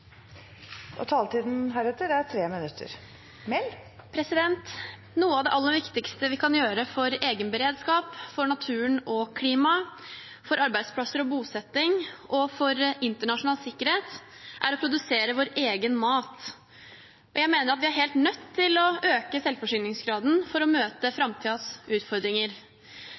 talere som heretter får ordet, har en taletid på inntil 3 minutter. Noe av det aller viktigste vi kan gjøre for egen beredskap, for naturen og klimaet, for arbeidsplasser og bosetting og for internasjonal sikkerhet, er å produsere vår egen mat. Jeg mener at vi er helt nødt til å øke selvforsyningsgraden for å møte framtidens utfordringer.